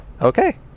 Okay